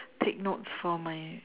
take notes for my